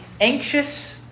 anxious